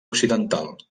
occidental